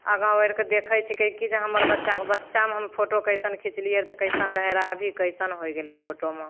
आगाँ बढ़िके देखैत छिकै कि जे हमर बच्चाके बच्चामे हम फोटो कैसन खीचलिए तऽ कैसन रहए रऽ अभी कैसन हो गेलै फोटोमे